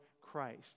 Christ